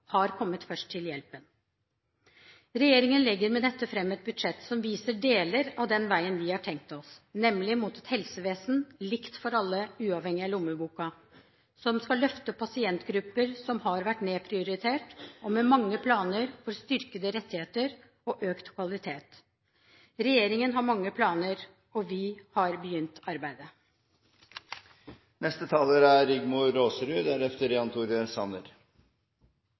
har kommet først til hjelpen. Regjeringen legger med dette fram et budsjett som viser deler av den veien vi har tenkt oss, nemlig mot et helsevesen likt for alle, uavhengig av lommeboka, som skal løfte pasientgrupper som har vært nedprioritert – og med mange planer for styrkede rettigheter og økt kvalitet. Regjeringen har mange planer, og vi har begynt